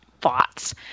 Thoughts